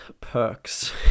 perks